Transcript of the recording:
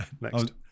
Next